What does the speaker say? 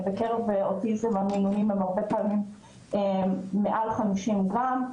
בקרב אוטיזם, פעמים רבות המינונים הם מעל 50 גרם.